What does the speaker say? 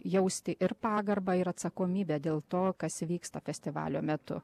jausti ir pagarbą ir atsakomybę dėl to kas įvyksta festivalio metu